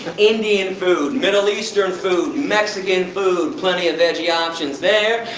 indian food, middle-eastern food, mexican food? plenty of veggie options there.